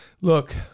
look